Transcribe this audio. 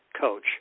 coach